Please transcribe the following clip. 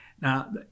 Now